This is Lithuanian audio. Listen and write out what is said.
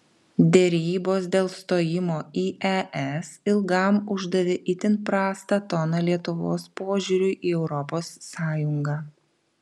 derybos dėl stojimo į es ilgam uždavė itin prastą toną lietuvos požiūriui į europos sąjungą